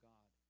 God